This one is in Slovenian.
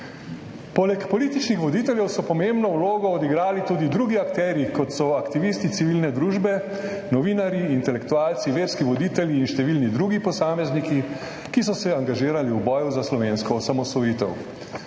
Poleg političnih voditeljev so pomembno vlogo odigrali tudi drugi akterji, kot so aktivisti civilne družbe, novinarji, intelektualci, verski voditelji in številni drugi posamezniki, ki so se angažirali v boju za slovensko osamosvojitev.